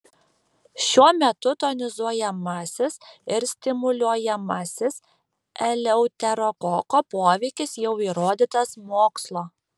šiuo metu tonizuojamasis ir stimuliuojamasis eleuterokoko poveikis jau įrodytas mokslo